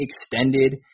extended